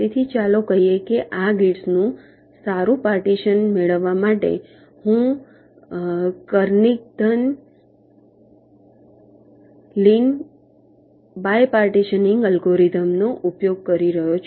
તેથી ચાલો કહીએ કે આ ગેટ્સ નું સારું પાર્ટીશન મેળવવા માટે હું કર્નિઘન લિન બાય પાર્ટીશનીંગ અલ્ગોરિધમનો ઉપયોગ કરી રહ્યો છું